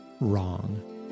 wrong